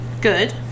Good